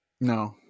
No